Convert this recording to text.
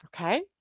okay